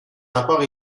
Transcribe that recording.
rapports